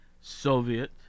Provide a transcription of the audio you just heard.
Soviet